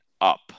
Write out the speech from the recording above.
up